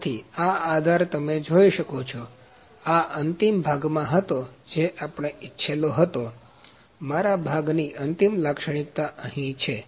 તેથી આ આધાર તમે જોઈ શકો છો કે આ અંતિમ ભાગમાં હતો જે આપણે ઇચ્છેલો હતો મારા ભાગની અંતિમ લાક્ષણિક્તા અહીં છે